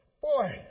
boy